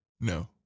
No